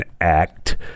act